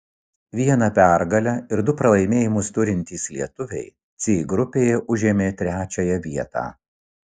vieną pergalę ir du pralaimėjimus turintys lietuviai c grupėje užėmė trečiąją vietą